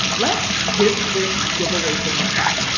let's give this giveaway thing a try.